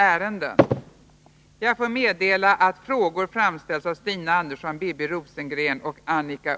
Är statsrådet beredd att redovisa på vilket sätt företaget har fullgjort sina förpliktelser i samband med erhållna lokaliseringsmedel? 3.